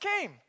came